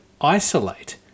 isolate